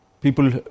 people